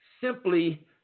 simply